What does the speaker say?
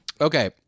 Okay